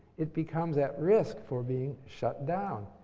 it becomes at risk for being shut down.